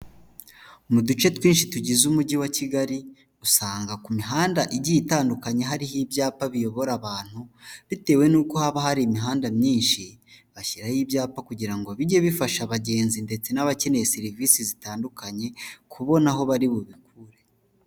Mu duce twinshi tugize Umujyi wa Kigali, usanga ku mihanda igiye itandukanye hariho ibyapa biyobora abantu, bitewe n'uko haba hari imihanda myinshi, bashyiraho ibyapa kugira ngo bijye bifasha abagenzi ndetse n'abakeneye serivisi zitandukanye, kubona aho bari bubikure.